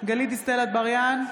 גלית דיסטל אטבריאן,